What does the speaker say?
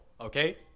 okay